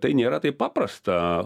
tai nėra taip paprasta